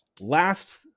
last